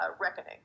reckoning